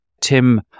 tim